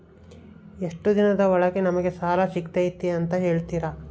ಎಷ್ಟು ದಿನದ ಒಳಗೆ ನಮಗೆ ಸಾಲ ಸಿಗ್ತೈತೆ ಅಂತ ಹೇಳ್ತೇರಾ?